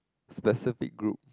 specific group